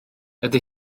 ydy